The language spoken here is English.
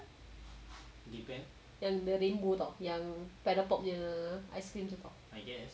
yang dia rainbow [tau] yang paddle pop punya ice cream tu [tau]